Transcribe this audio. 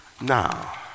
now